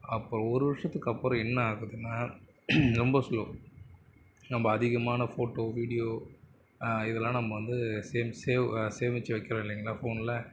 அப்போ ஒரு வருஷத்துக்கு அப்புறம் என்னாகுதுனால் ரொம்ப ஸ்லோ நம்ம அதிகமான ஃபோட்டோ வீடியோ இதெல்லாம் நம்ம வந்து சேவ் சேமிச்சு வைக்கிறோம் இல்லைங்களா ஃபோனில்